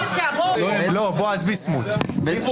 (הישיבה נפסקה בשעה 10:31 ונתחדשה בשעה 10:39.)